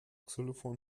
xylophon